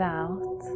out